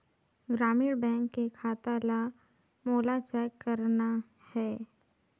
ग्रामीण बैंक के खाता ला मोला चेक करना हे?